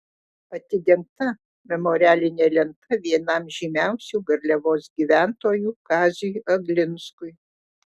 atidengta memorialinė lenta vienam žymiausių garliavos gyventojų kaziui aglinskui